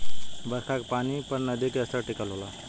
बरखा के पानी पर नदी के स्तर टिकल होला